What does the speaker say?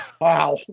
wow